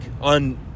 on